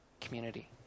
community